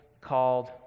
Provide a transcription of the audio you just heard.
called